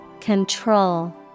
Control